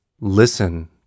listen